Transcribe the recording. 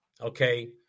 okay